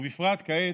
ובפרט כעת,